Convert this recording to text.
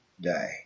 Day